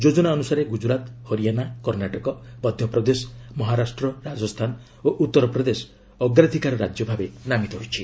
ଯୋଜନା ଅନୁସାରେ ଗୁଜରାତ୍ ହରିୟାନା କର୍ଷ୍ଣାଟକ ମଧ୍ୟପ୍ରଦେଶ ମହରାଷ୍ଟ୍ର ରାଜସ୍ଥାନ ଓ ଉତ୍ତର ପ୍ରଦେଶ ଅଗ୍ରାଧିକାର ରାଜ୍ୟ ଭାବେ ନାମିତ ହୋଇଛି